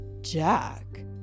Jack